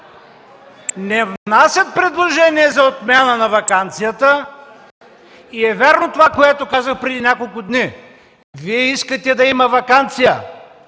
не внасят предложение за отмяна на ваканцията. Вярно е това, което казах преди няколко дни: Вие искате да имате ваканция,